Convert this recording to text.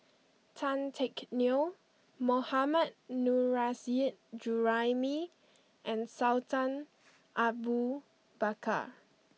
Tan Teck Neo Mohammad Nurrasyid Juraimi and Sultan Abu Bakar